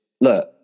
look